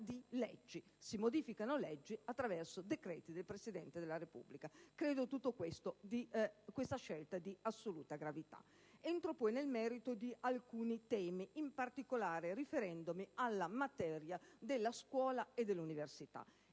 legislativi: si modificano leggi attraverso decreti del Presidente del Consiglio dei ministri. Ritengo questa scelta di assoluta gravità. Entro nel merito di alcuni temi, in particolare riferendomi alle materie della scuola e dell'università.